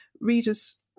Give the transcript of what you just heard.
readers